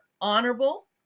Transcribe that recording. honorable